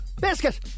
Biscuit